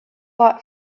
fought